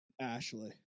ashley